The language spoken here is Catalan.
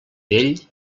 vell